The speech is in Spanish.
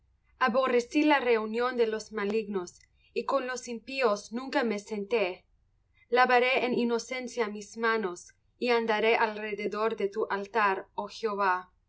aborrecí la reunión de los malignos y con los impíos nunca me senté lavaré en inocencia mis manos y andaré alrededor de tu altar oh jehová